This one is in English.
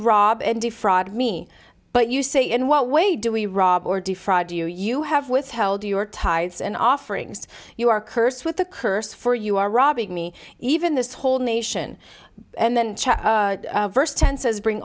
rob and defraud me but you say in what way do we rob or defraud you you have withheld your tithes and offerings you are cursed with a curse for you are robbing me even this whole nation and then verse ten says bring